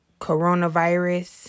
coronavirus